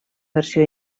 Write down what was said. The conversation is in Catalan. versió